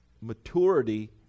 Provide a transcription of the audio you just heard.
maturity